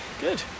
Good